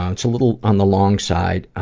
ah it's a little on the long side,